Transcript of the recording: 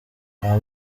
nta